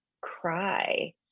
cry